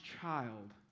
child